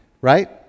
right